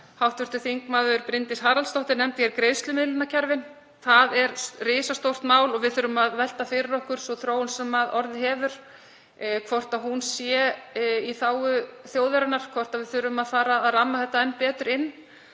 Hv. þm. Bryndís Haraldsdóttir nefndi greiðslumiðlunarkerfin. Það er risastórt mál og við þurfum að velta fyrir okkur þeirri þróun sem orðið hefur, hvort hún sé í þágu þjóðarinnar, hvort við þurfum að fara að ramma þetta enn betur inn.